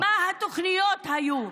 מה התוכניות היו.